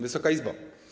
Wysoka Izbo!